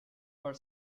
for